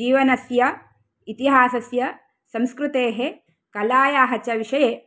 जीवनस्य इतिहासस्य संस्कृतेः कलायाः च विषये